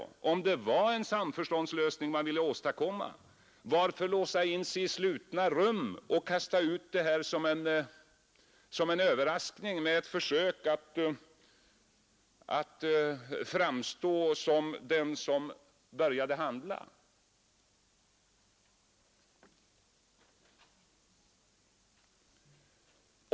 Om det nu var en samförståndslösning ni ville åstadkomma! Varför låsa in sig i slutna rum och kasta ut förslaget som en överraskning i ett försök att framstå som den som började handla?